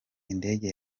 indege